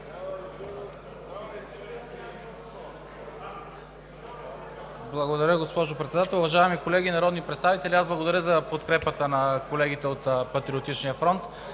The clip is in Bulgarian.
Благодаря, госпожо Председател. Уважаеми колеги народни представители, благодаря за подкрепата на колегите от „Патриотичния фронт“.